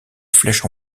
flèche